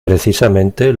precisamente